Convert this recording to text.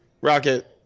Rocket